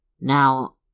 Now